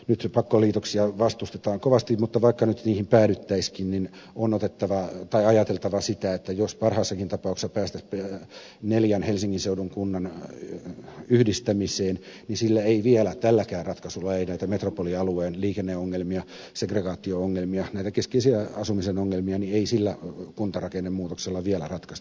nyt pakkoliitoksia vastustetaan kovasti mutta vaikka niihin nyt päädyttäisiinkin on ajateltava sitä että jos parhaassakin tapauksessa päästäisiin neljän helsingin seudun kunnan yhdistämiseen niin näitä metropolialueen liikenneongelmia segregaatio ongelmia näitä keskeisiä asumisen ongelmia ei silläkään kuntarakennemuutoksella vielä ratkaista